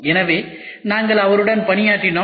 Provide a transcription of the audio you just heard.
எனவே நாங்கள் அவருடன் பணியாற்றினோம்